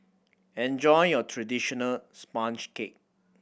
enjoy your traditional sponge cake